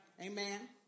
Amen